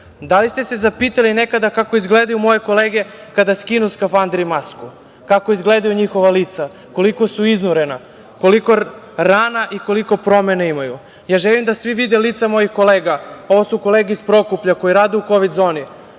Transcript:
li ste se zapitali nekada kako izgledaju moje kolege kada skinu skafander i masku? Kako izgledaju njihova lica? Koliko su iznurena? Koliko rana i koliko promene imaju? Ja želim da svi vide lica mojih kolega? Ovo su kolege iz Prokuplja koji rade u kovid zoni.